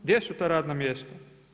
Gdje su ta radna mjesta?